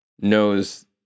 knows